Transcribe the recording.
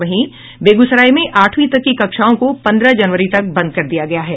वहीं बेगूसराय में आठवीं तक की कक्षाओं को पंद्रह जनवरी तक बंद कर दिया गया है